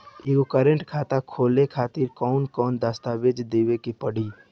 एगो करेंट खाता खोले खातिर कौन कौन दस्तावेज़ देवे के पड़ी?